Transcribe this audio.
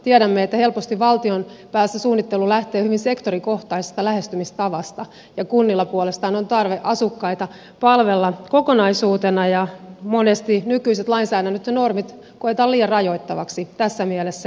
tiedämme että helposti valtion päässä suunnittelu lähtee hyvin sektorikohtaisesta lähestymistavasta ja kunnilla puolestaan on tarve asukkaita palvella kokonaisuutena ja monesti nykyiset lainsäädännöt ja normit koetaan liian rajoittaviksi tässä mielessä